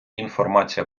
інформація